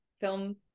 film